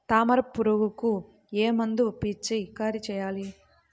తామర పురుగుకు ఏ మందు పిచికారీ చేయాలి?